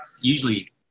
usually